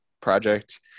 project